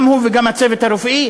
גם הוא וגם הצוות הרפואי,